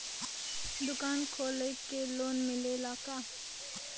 दुकान खोले के लोन मिलेला का?